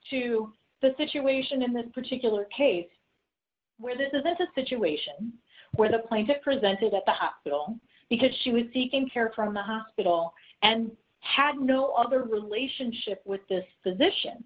to the situation in this particular case where this is a situation where the plane to presented at the hospital because she was seeking care from the hospital and had no other relationship with this position